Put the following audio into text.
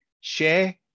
Share